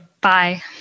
Bye